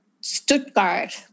Stuttgart